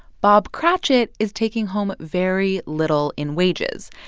bob cratchit is taking home very little in wages.